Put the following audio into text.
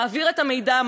מעביר את המידע,